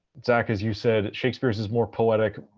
zach, as you said shakespeare's is more poetic,